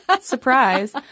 Surprise